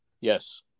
Yes